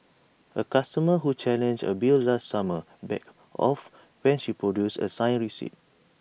A customer who challenged A bill last summer backed off when she produced A signed receipt